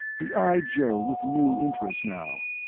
he eyed joe with new interest now.